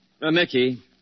Mickey